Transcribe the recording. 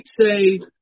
say